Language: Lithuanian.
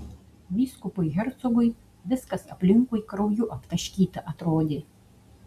vyskupui hercogui viskas aplinkui krauju aptaškyta atrodė